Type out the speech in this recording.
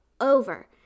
over